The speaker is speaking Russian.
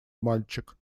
мальчик